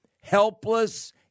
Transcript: helpless